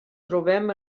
trobem